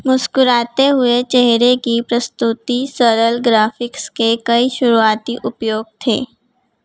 मुस्कुराते हुए चेहरे की प्रस्तुति सरल ग्राफिक्स के कई शुरुआती उपयोग थे